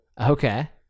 Okay